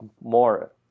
more